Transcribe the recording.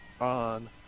on